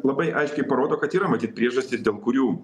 labai aiškiai parodo kad yra matyt priežastys dėl kurių